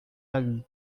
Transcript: aún